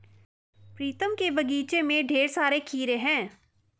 प्रीतम के बगीचे में ढेर सारे खीरे हैं